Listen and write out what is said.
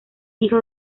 hijo